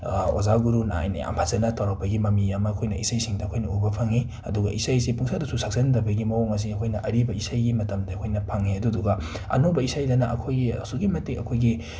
ꯑꯣꯖꯥ ꯒꯨꯔꯨ ꯅꯥꯏꯅ ꯌꯥꯝ ꯐꯖꯅ ꯇꯧꯔꯛꯄꯒꯤ ꯃꯃꯤ ꯑꯃ ꯑꯩꯈꯣꯏꯅ ꯏꯁꯩꯁꯤꯡꯗ ꯑꯩꯈꯣꯏꯅ ꯎꯕ ꯐꯡꯉꯤ ꯑꯗꯨꯒ ꯏꯁꯩꯁꯤ ꯄꯨꯡꯁꯛꯇꯁꯨ ꯁꯛꯆꯤꯟꯗꯕꯒꯤ ꯃꯑꯣꯡ ꯑꯁꯤ ꯑꯩꯈꯣꯏꯅ ꯑꯔꯤꯕ ꯏꯁꯩꯒꯤ ꯃꯇꯝꯗ ꯑꯩꯈꯣꯏꯅ ꯐꯡꯉꯦ ꯑꯗꯨꯗꯨꯒ ꯑꯅꯧꯕ ꯏꯁꯩꯗꯅ ꯑꯩꯈꯣꯏꯒꯤ ꯑꯁꯨꯛꯀꯤ ꯃꯇꯤꯛ ꯑꯩꯈꯣꯏꯒꯤ